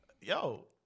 Yo